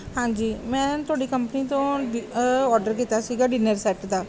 ਹਾਂਜੀ ਮੈਂ ਤੁਹਾਡੀ ਕੰਪਨੀ ਤੋਂ ਔਡਰ ਕੀਤਾ ਸੀਗਾ ਡਿਨਰ ਸੈਟ ਦਾ